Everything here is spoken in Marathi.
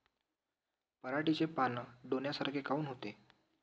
पराटीचे पानं डोन्यासारखे काऊन होते?